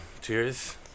Cheers